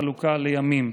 בחלוקה לימים.